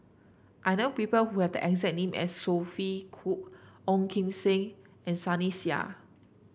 I know people who have the exact name as Sophia Cooke Ong Kim Seng and Sunny Sia